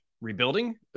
rebuilding